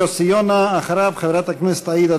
חבר הכנסת יוסי יונה.